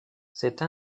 cette